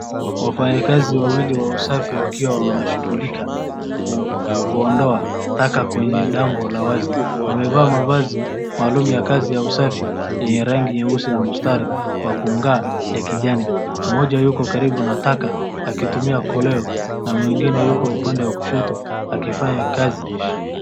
Wafanyakazi wawili wa usafi wakiwa wanashughulika kuondoa taka kwenye dambo la wazi. Wamevaa mavazi maalumu ya kazi ya usafi yenye rangi nyeusi na mstari wa kungaa ya kijani. Mmoja yuko karibu na taka akitumia koleo na mwingine yuko upande wa kushoto akifanya kazi.